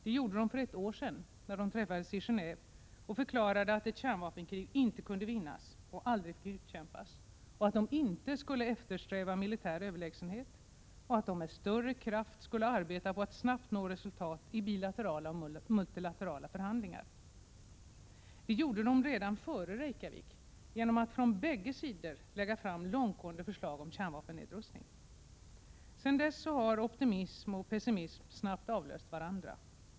De gjorde det för ett år sedan när de träffades i Gen&ve och förklarade att ett kärnvapenkrig inte kunde vinnas och aldrig fick utkämpas, att de inte skulle eftersträva militär överlägsenhet, och att de med större kraft skulle arbeta på att snabbt nå resultat i bilaterala och multilaterala förhandlingar. De gjorde det redan före Reykjavik genom att, från bägge sidor, lägga fram långtgående förslag om kärnvapennedrustning. Sedan dess har optimism och pessimism snabbt avlöst varandra.